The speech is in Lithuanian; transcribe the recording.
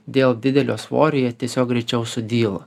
dėl didelio svorio jie tiesiog greičiau sudyla